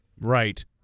Right